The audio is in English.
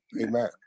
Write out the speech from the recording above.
Amen